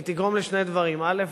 היא תגרום לשני דברים: א.